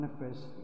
manifest